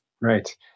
Right